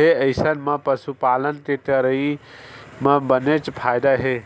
हे अइसन म पसुपालन के करई म बनेच फायदा हे